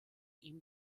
ihm